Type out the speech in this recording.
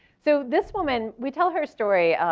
so this woman, we tell her story,